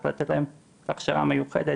צריך לתת להם הכשרה מיוחדת